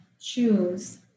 choose